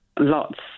Lots